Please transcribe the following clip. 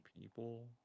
people